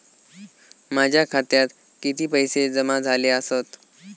माझ्या खात्यात किती पैसे जमा झाले आसत?